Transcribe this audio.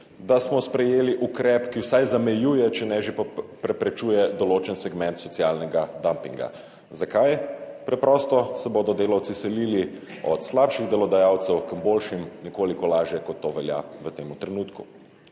da smo sprejeli ukrep, ki vsaj zamejuje, če ne že preprečuje določen segment socialnega dumpinga. Zakaj? Preprosto se bodo delavci selili od slabših delodajalcev k boljšim nekoliko lažje, kot to velja v tem trenutku.